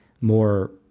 more